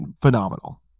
phenomenal